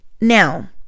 Now